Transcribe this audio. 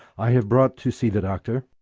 i have brought to see the doctor.